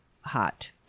hot